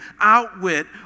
outwit